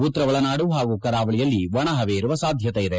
ಉತ್ತರ ಒಳನಾಡು ಹಾಗೂ ಕರಾವಳಿಯಲ್ಲಿ ಒಣ ಪವೆ ಇರುವ ಸಾಧ್ಯತೆಯಿದೆ